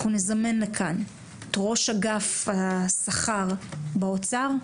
אנחנו נזמן לכאן את ראש אגף השכר באוצר,